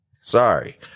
sorry